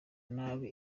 nabi